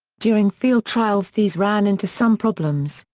during field trials these ran into some problems,